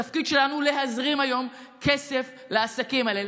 התפקיד שלנו הוא להזרים היום כסף לעסקים האלה,